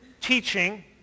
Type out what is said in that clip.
teaching